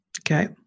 Okay